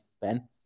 Ben